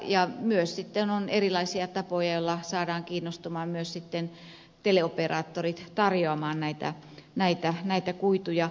ja sitten on myös erilaisia tapoja joilla myös teleoperaattorit saadaan kiinnostumaan näiden kuitujen tarjoamisesta